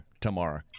tomorrow